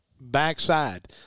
backside